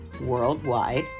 worldwide